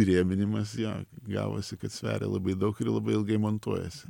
įrėminimas jo gavosi kad sveria labai daug ir labai ilgai montuojasi